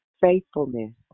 faithfulness